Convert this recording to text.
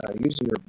using